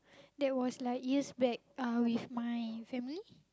that was like years back uh with my family